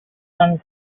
sun